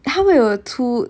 他们有出